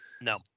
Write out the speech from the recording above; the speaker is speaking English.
No